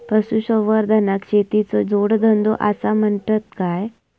पशुसंवर्धनाक शेतीचो जोडधंदो आसा म्हणतत काय?